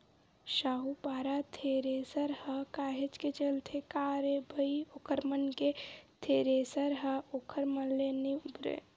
साहूपारा थेरेसर ह काहेच के चलथे का रे भई ओखर मन के थेरेसर ह ओखरे मन ले नइ उबरय